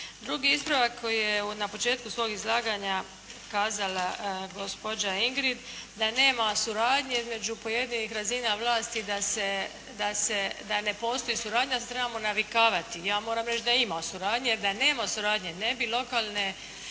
Drugi ispravak koji je na početku svog izlaganja kazala gospođa Ingrid da nema suradnje između pojedinih razina vlasti da se, da ne postoji suradnja, da se trebamo navikavati. Ja moram reći da ima suradnje, jer da nema suradnje ne bi lokalne